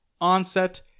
Onset